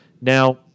now